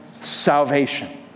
salvation